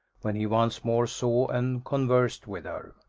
when he once more saw and conversed with her.